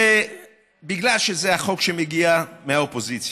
זה בגלל שהחוק שמגיע מהאופוזיציה.